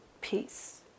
peace